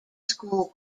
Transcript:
school